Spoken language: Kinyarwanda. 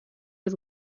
y’u